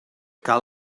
cal